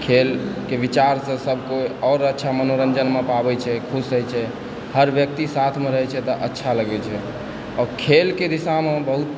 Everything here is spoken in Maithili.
खेलके विचारसँ सब कोई आओर अच्छा मनोरञ्जनमे पाबै छै खुश होइ छै हर व्यक्ति साथमे रहै छै तब अच्छा लगै छै आओर खेलके दिशामे बहुत